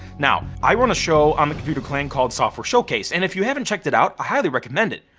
now i run a show on the computer clan called software showcase. and if you haven't checked it out, i highly recommend it.